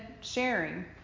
sharing